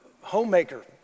homemaker